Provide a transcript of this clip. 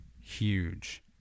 huge